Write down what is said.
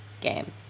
game